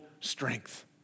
strength